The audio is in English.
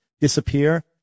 disappear